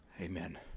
amen